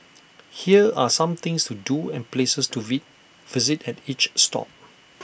here are some things to do and places to V visit at each stop